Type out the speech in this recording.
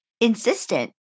insistent